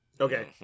Okay